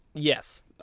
Yes